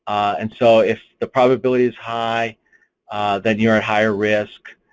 and so if the probability is high then you are at higher risk,